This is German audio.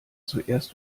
zuerst